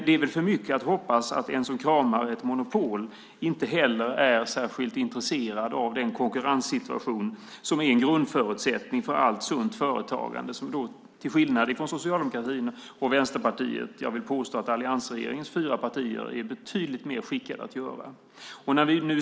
Det är väl att hoppas på för mycket att en som kramar ett monopol skulle vara särskilt intresserad av den konkurrenssituation som är en grundförutsättning för allt sunt företagande som, vill jag påstå, alliansregeringens fyra partier är betydligt bättre skickade att genomföra än Socialdemokraterna och Vänsterpartiet.